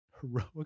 Heroic